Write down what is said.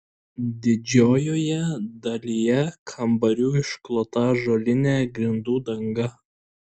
didžiojoje dalyje kambarių išklota ąžuolinė grindų danga